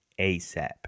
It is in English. ASAP